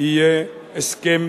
יהיה הסכם